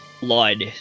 blood